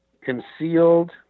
concealed